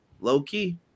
low-key